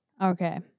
Okay